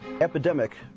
epidemic